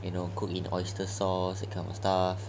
you know cook in oyster sauce that kind of stuff